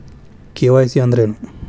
KYC ಅಂದ್ರೇನು?